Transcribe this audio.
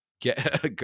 get